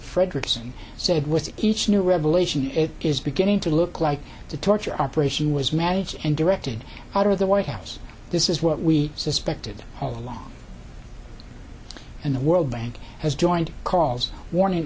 frederickson said with each new revelation it is beginning to look like the torture operation was managed and directed out of the white house this is what we suspected all along and the world bank has joined calls war in